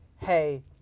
hey